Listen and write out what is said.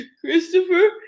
Christopher